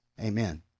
Amen